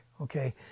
okay